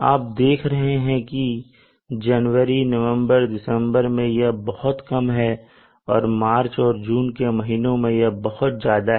आप देख रहे हैं की जनवरी नवंबर और दिसंबर में यह बहुत कम है और मार्च और जून के महीनों में यह बहुत ज्यादा है